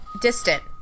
distant